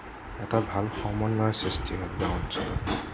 এটা ভাল সমন্বয় সৃষ্টি হয় গাওঁ অঞ্চলত